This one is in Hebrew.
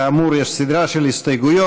כאמור, יש סדרה של הסתייגויות.